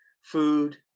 food